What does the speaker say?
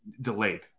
delayed